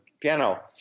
piano